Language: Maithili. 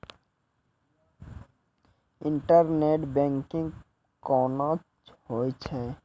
इंटरनेट बैंकिंग कोना होय छै?